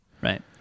right